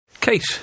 Kate